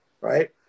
right